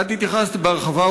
את התייחסת בהרחבה,